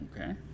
Okay